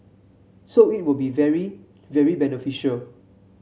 so it will be very very beneficial